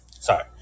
Sorry